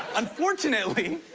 unfortunately,